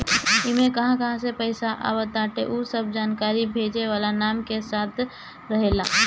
इमे कहां कहां से पईसा आवताटे उ सबकर जानकारी भेजे वाला के नाम के साथे रहेला